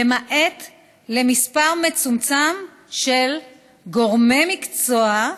למעט למספר מצומצם של גורמי מקצוע,